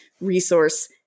resource